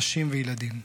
נשים וילדים.